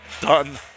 done